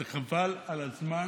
כי הונחו היום על שולחן הכנסת,